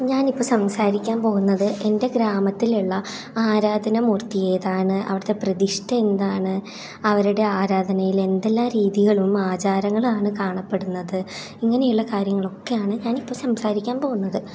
ഞാനിപ്പം സംസാരിക്കാൻ പോകുന്നത് എ ഗ്രാമത്തിലുള്ള ആരാധന മൂർത്തി ഏതാണ് അവിടുത്തെ പ്രതിഷ്ഠ് എന്താണ് അവരുടെ ആരാധനയിൽ എന്തെല്ലാം രീതികളും ആചാരങ്ങളും ആണ് കാണപ്പെടുന്നത് ഇങ്ങനെയുള്ള കാര്യങ്ങളൊക്കെയാണ് ഞാൻ ഇപ്പം സംസാരിക്കാൻ പോകുന്നത്